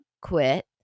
quit